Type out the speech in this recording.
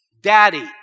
daddy